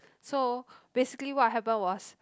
so basically what happen was